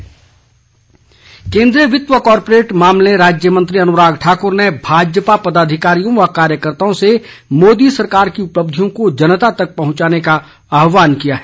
अनुराग केन्द्रीय वित्त व कॉरपोरेट मामले राज्य मंत्री अनुराग ठाक्र ने भाजपा पदाधिकारियों व कार्यकर्ताओं से मोदी सरकार की उपलब्धियों को जनता तक पहुंचाने का आहवान किया है